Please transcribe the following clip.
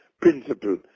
principle